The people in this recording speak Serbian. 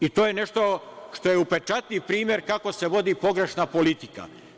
I to je nešto što je upečatljiv primer kako se vodi pogrešna politika.